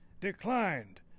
declined